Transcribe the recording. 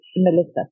Melissa